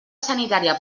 sanitària